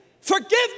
Forgive